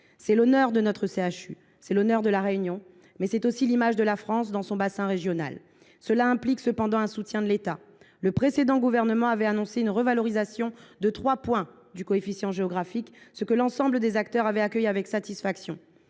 C’est l’honneur de notre CHU, c’est l’honneur de La Réunion, mais il y va aussi de l’image de la France dans son bassin régional. Cela suppose toutefois un soutien de l’État. Le précédent gouvernement avait annoncé une revalorisation de trois points du coefficient géographique, ce que l’ensemble des acteurs avaient accueilli avec satisfaction.